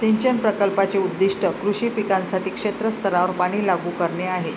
सिंचन प्रकल्पाचे उद्दीष्ट कृषी पिकांसाठी क्षेत्र स्तरावर पाणी लागू करणे आहे